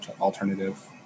alternative